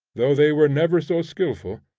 though they were never so skilful,